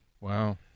Wow